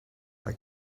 like